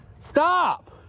stop